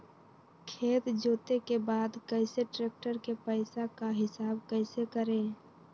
खेत जोते के बाद कैसे ट्रैक्टर के पैसा का हिसाब कैसे करें?